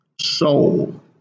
soul